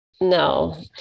No